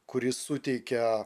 kuris suteikia